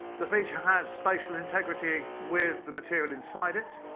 the feature has spatial integrity with the material inside it.